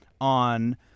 on